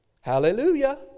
Hallelujah